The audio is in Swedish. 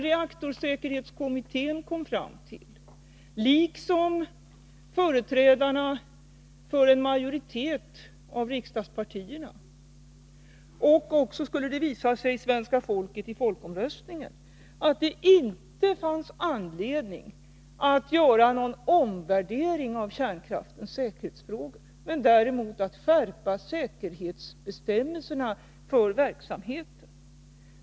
Reaktorsäkerhetskommittén, liksom företrädarna för en majoritet av riksdagspartierna — och även, skulle det visa sig, svenska folket i folkomröstningen — kom fram till att det inte fanns anledning att göra någon omvärdering av kärnkraftens säkerhetsfrågor men däremot att skärpa säkerhetsbestämmelserna för verksamheten.